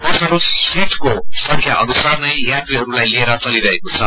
बसहरू सीटको संख्या अनुसार नै यात्रीहरूलाई लिएर चलिरहेको छ